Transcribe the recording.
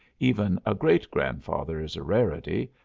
even a great-grandfather is a rarity,